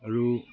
আৰু